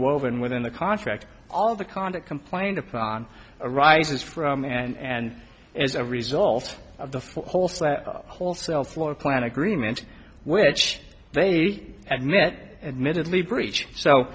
woven within the contract all the conduct complained upon arises from and as a result of the four wholesale wholesale floorplan agreement which they admit admittedly breach